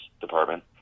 department